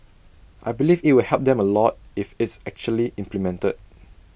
I believe IT will help them A lot if it's actually implemented